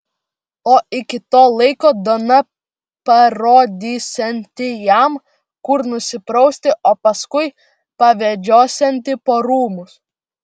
o iki to laiko dona parodysianti jam kur nusiprausti o paskui pavedžiosianti po rūmus